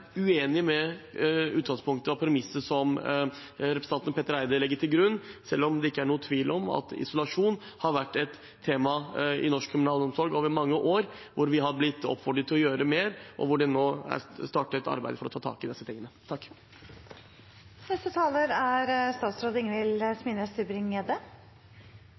uenig med utgangspunktet og premisset som representanten Petter Eide legger til grunn, selv om det ikke er noen tvil om at isolasjon har vært et tema i norsk kriminalomsorg over mange år, hvor vi har blitt oppfordret til å gjøre mer, og hvor det nå er startet et arbeid for å ta tak i disse tingene.